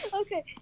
Okay